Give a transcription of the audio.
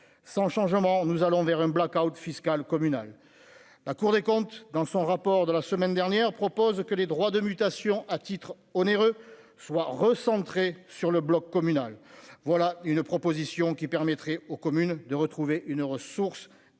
sans changement, nous allons vers un fiscale communale, la Cour des comptes dans son rapport de la semaine dernière, propose que les droits de mutation à titre onéreux soit recentrés sur le bloc communal, voilà une proposition qui permettrait aux communes de retrouver une ressource dynamique,